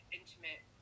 intimate